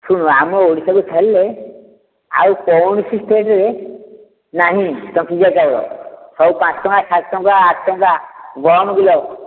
ଶୁଣୁ ଆମ ଓଡ଼ିଶାକୁ ଛାଡ଼ିଲେ ଆଉ କୌଣସି ଷ୍ଟେଟ୍ରେ ନାହିଁ ଟଙ୍କିକିଆ ଚାଉଳ ସବୁ ପାଞ୍ଚ ଟଙ୍କା ସାତ ଟଙ୍କା ଅଠା ଟଙ୍କା ଗହମ କିଲୋ